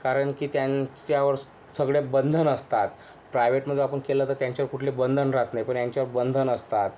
कारण की त्यांच्यावर सगळे बंधन असतात प्रायव्हेटमध्ये जर आपण केलं तर त्याच्यावर कुठलं बंधन राहत नाही पण यांच्यावर बंधन असतात